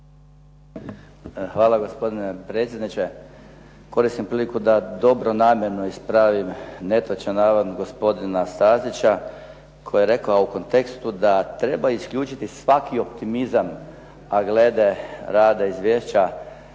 Hvala, gospodine predsjedniče. Koristim priliku da dobronamjerno ispravim netočan navod gospodina Stazića koji je rekao u kontekstu da treba isključiti svaki optimizam, a glede rada izvješća